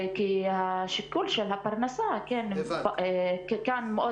כן, כי השיקול של הפרנסה גובר כאן.